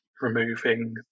Removing